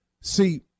See